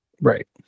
Right